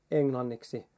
englanniksi